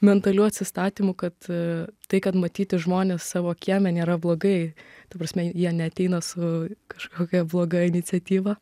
mentaliu atsistatymu kad tai kad matyti žmones savo kieme nėra blogai ta prasme jie neateina su kažkokia bloga iniciatyva